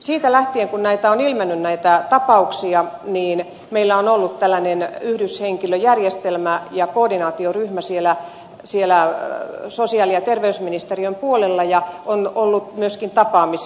siitä lähtien kun näitä tapauksia on ilmennyt meillä on ollut tällainen yhdyshenkilöjärjestelmä ja koordinaatioryhmä siellä sosiaali ja terveysministeriön puolella ja on ollut myöskin tapaamisia